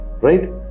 Right